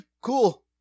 Cool